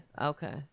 okay